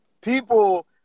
people